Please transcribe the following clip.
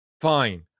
Fine